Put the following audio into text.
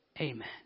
Amen